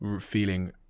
feeling